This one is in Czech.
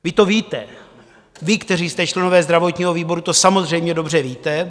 Vy to víte, vy, kteří jste členy zdravotního výboru, to samozřejmě dobře víte.